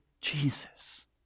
Jesus